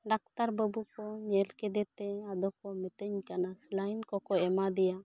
doctor ᱵᱟᱹᱵᱩ ᱠᱚ ᱧᱮᱞ ᱠᱮᱫᱮ ᱛᱮ ᱠᱚ ᱢᱤᱛᱟᱹᱧ ᱠᱟᱱᱟ ᱨᱟᱱ ᱠᱚᱠᱚ ᱮᱢᱟ ᱫᱮᱭᱟ